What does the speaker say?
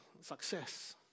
success